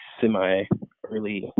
semi-early